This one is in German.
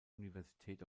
university